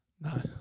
No